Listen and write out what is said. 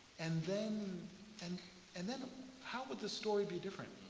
and then and and then how would the story be different?